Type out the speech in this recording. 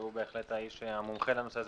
והוא בהחלט האיש המומחה לנושא הזה,